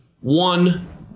one